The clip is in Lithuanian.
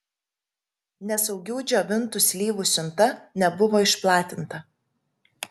nesaugių džiovintų slyvų siunta nebuvo išplatinta